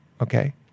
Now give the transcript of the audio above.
Okay